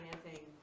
financing